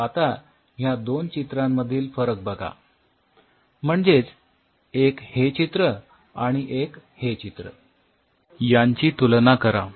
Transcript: तर आता ह्या दोन चित्रांमधील फरक बघा म्हणजेच एक हे चित्र आणि एक हे चित्र यांची तुलना करा